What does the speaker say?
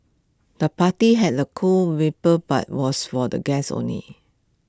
the party had A cool vibe but was for the guests only